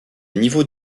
niveau